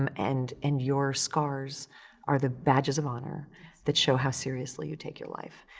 um and, and your scars are the badges of honor that show how seriously you take your life.